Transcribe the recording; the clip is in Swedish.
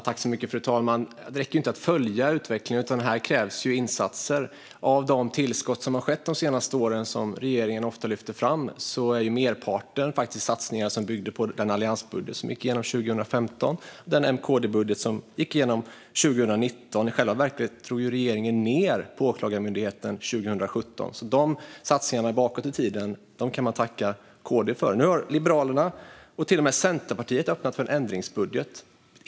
Fru talman! Det räcker inte att följa utvecklingen. Här krävs ju insatser. Av de tillskott som gjorts de senaste åren och som regeringen ofta lyfter fram är merparten faktiskt satsningar som bygger på den alliansbudget som gick igenom 2015 och den M-KD-budget som gick igenom 2019. I själva verket drog regeringen ned på Åklagarmyndigheten 2017. Satsningarna bakåt i tiden kan man tacka KD för. Nu har Liberalerna och till och med Centerpartiet öppnat för en ändringsbudget.